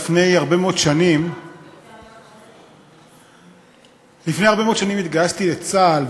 לפני הרבה מאוד שנים התגייסתי לצה"ל,